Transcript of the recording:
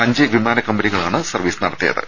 അഞ്ച് വിമാന കമ്പനികളാണ് സർവ്വീസ് നടത്തിയത്